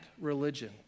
religion